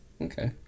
okay